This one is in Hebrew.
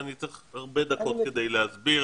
אני צריך הרבה דקות כדי להסביר.